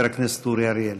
חבר הכנסת אורי אריאל.